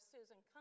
Susan